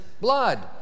blood